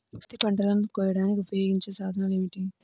పత్తి పంటలను కోయడానికి ఉపయోగించే సాధనాలు ఏమిటీ?